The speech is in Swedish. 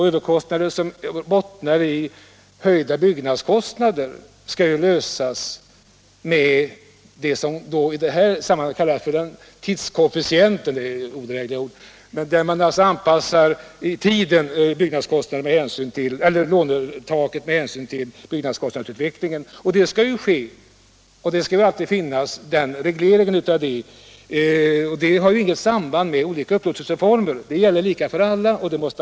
Överkostnader som bottnar i höjda byggnadskostnader skall klaras med hjälp av vad som i detta sammanhang kallas för tidskoefficienten — det är ett odrägligt ord. Det innebär att man anpassar lånetaket med hänsyn till byggnadskostnadsutvecklingen. Den regleringen skall alltid göras. Den har inget samband med olika upplåtelseformer — den gäller lika för alla.